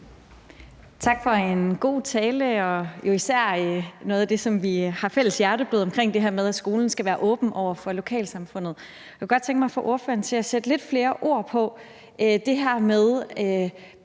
tak for den del, der handlede om det, som er vores begges hjerteblod, altså det her med, at skolen skal være åben for lokalsamfundet. Jeg kunne godt tænke mig at få ordføreren til at sætte lidt flere ord på det her med,